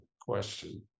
question